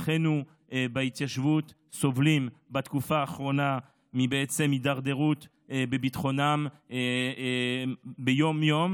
אחינו בהתיישבות סובלים בתקופה האחרונה מהידרדרות בביטחונם יום-יום.